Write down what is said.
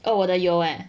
oh 我的有 eh